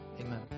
Amen